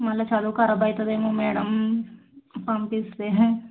మళ్ళా చదువు ఖరాబ్ అవుతుందేమో మేడం పంపిస్తే